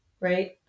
Right